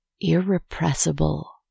irrepressible